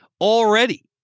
already